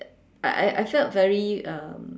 I I felt very um